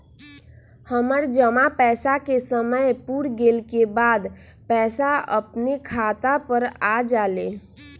हमर जमा पैसा के समय पुर गेल के बाद पैसा अपने खाता पर आ जाले?